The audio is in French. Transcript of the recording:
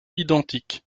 identiques